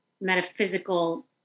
metaphysical